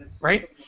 Right